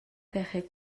байхыг